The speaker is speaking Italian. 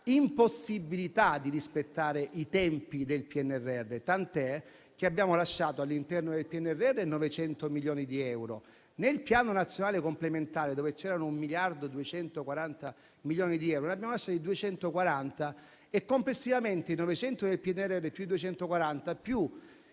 impossibilità di rispettare i tempi del PNRR, tant'è che abbiamo lasciato all'interno del PNRR 900 milioni di euro; nel piano nazionale complementare, dove c'erano 1,240 miliardi di euro abbiamo lasciato 240 milioni. Complessivamente, i 900 milioni del PNRR, più i 240, più